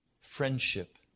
friendship